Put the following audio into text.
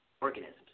organisms